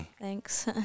Thanks